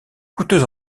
coûteuse